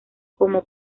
como